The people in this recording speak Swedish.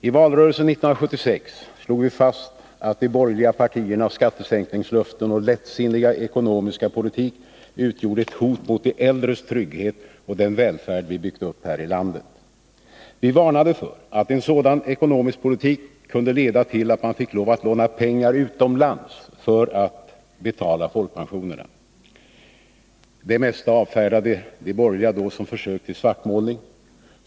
I valrörelsen 1976 slog vi fast att de borgerliga partiernas skattesäkningslöften och lättsinniga ekonomiska politik utgjorde ett hot mot de äldres trygghet och den välfärd vi byggt upp här i landet. Vi varnade för att en sådan ekonomisk politik kunde leda till att man fick lov att låna pengar utomlands för att betala folkpensionerna. Det mesta avfärdade de borgerliga då som försök till svartmålning.